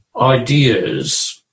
ideas